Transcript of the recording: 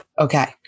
Okay